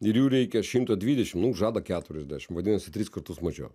ir jų reikia šimto dvidešim nu žada keturiasdešim vadinasi tris kartus mažiau